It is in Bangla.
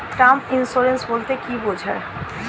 টার্ম ইন্সুরেন্স বলতে কী বোঝায়?